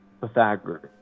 Pythagoras